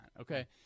okay